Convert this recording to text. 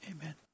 Amen